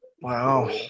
Wow